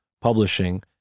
publishing